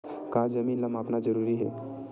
का जमीन ला मापना जरूरी हे?